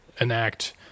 enact